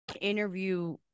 interview